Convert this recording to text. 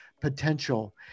potential